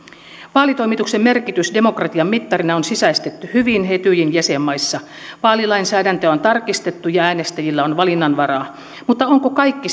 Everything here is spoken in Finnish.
vaalitoimituksen merkitys demokratian mittarina on sisäistetty hyvin etyjin jäsenmaissa vaalilainsäädäntöä on tarkistettu ja äänestäjillä on valinnanvaraa mutta onko kaikki